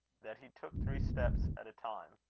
that he took three steps at a time.